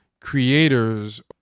creators